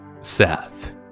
Seth